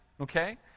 Okay